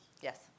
Yes